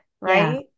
right